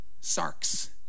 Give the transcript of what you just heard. sarks